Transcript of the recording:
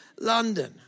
London